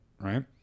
right